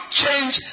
change